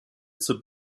zur